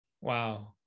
Wow